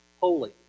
holy